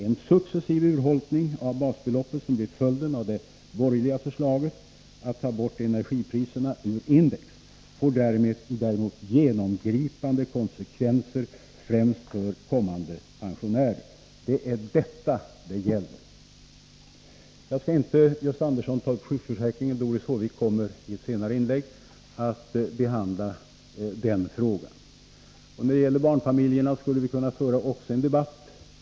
En successiv urholkning av basbeloppet som blir följden av det borgerliga förslaget att ta bort energipriserna ur index får däremot genomgripande konsekvenser, främst för kommande pensionärer. Det är detta det gäller. Jag skall inte, Gösta Andersson, ta upp sjukförsäkringen. Doris Håvik kommer i ett senare inlägg att behandla den frågan. När det gäller barnfamiljerna skulle vi också kunna föra en debatt.